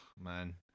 man